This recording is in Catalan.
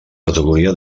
categoria